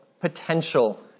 potential